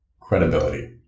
credibility